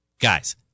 Guys